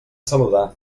saludar